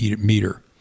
meter